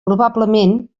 probablement